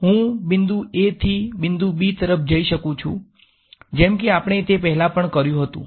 હું બિંદુ a થી બિંદુ b તરફ જઈ શકું છું જેમ કે આપણે તે પહેલાં પણ કર્યું હતુ